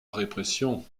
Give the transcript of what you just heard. répression